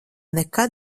nekad